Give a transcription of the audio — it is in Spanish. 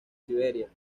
siberia